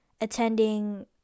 attending